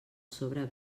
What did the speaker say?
sobre